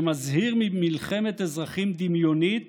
שמזהיר ממלחמת אזרחים דמיונית